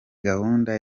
gahunda